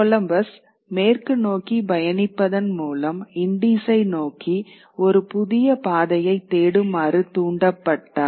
Columbus மேற்கு நோக்கி பயணிப்பதன் மூலம் இண்டீஸை நோக்கி ஒரு புதிய பாதையைத் தேடுமாறு தூண்டப்பட்டார்